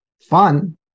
fun